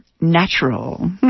natural